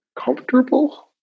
comfortable